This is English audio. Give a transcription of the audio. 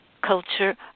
culture